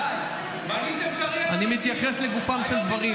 אני מתייחס לגופם של דברים.